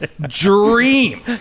dream